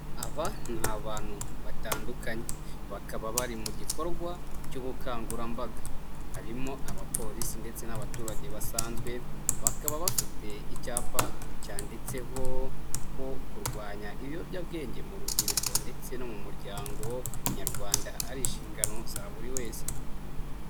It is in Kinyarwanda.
aba ni abantu batandukanye. Bakaba bari mu gikorwa cy'ubukangurambaga. Harimo abapolisi ndetse n'abaturage basanzwe, bakaba bafite icyapa cyanditseho ko kurwanya ibiyobyabwenge mu rubyiruko ndetse no mu muryango nyarwanda ari inshingano za buri wese.